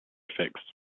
effects